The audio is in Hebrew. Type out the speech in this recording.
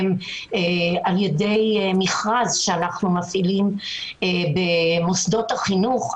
ידי מכרז שאנחנו מפעילים במוסדות החינוך.